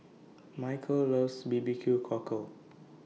Michel loves B B Q Cockle